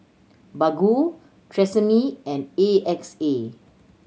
Baggu Tresemme and A X A